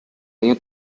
año